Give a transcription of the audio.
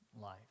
life